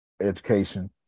education